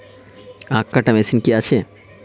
আখ কাটা মেশিন কি আছে?